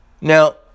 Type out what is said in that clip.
Now